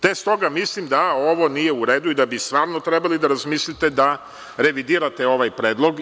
Te stoga mislim da ovo nije u redu, i da bi stvarno trebali da razmislite da revidirate ovaj predlog.